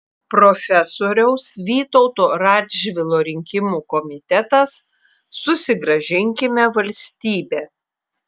profesoriaus vytauto radžvilo rinkimų komitetas susigrąžinkime valstybę